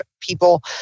people